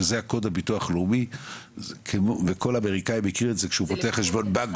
שזה הקוד הביטוח לאומי וכל אמריקאי מכיר את זה כשהוא פותח חשבון בנק,